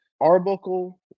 Arbuckle